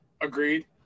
agreed